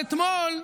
אתמול,